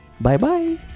Bye-bye